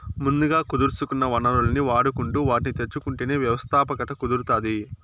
ముందుగా కుదుర్సుకున్న వనరుల్ని వాడుకుంటు వాటిని తెచ్చుకుంటేనే వ్యవస్థాపకత కుదురుతాది